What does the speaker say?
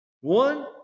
One